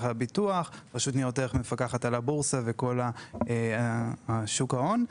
על הביטוח; רשות ניירות ערך מפקחת על הבורסה ועל כל שוק ההון.